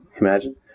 Imagine